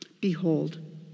Behold